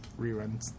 reruns